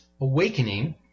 awakening